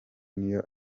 niyo